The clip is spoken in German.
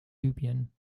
libyen